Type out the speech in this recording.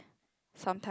sometimes